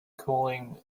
cooling